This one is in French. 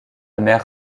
mer